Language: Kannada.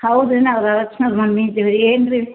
ಹೌದು ರೀ ನಾವು ರಚನನ ಮಮ್ಮಿ ಇದ್ದಿವಿ ಏನು ರೀ